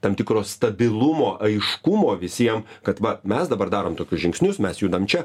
tam tikro stabilumo aiškumo visiem kad va mes dabar darom tokius žingsnius mes judam čia